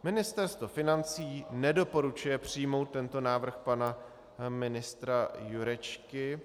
Ministerstvo financí nedoporučuje přijmout tento návrh pana ministra Jurečky.